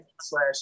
slash